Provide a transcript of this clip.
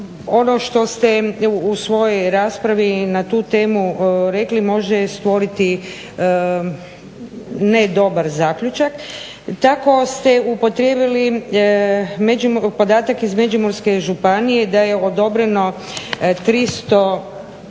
ono što ste u svojoj raspravi i na tu temu rekli može stvoriti ne dobar zaključak. Tako ste upotrijebili podatak iz Međimurske županije da je odobreno 301